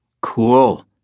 Cool